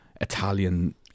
Italian